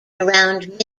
around